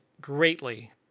greatly